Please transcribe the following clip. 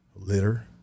litter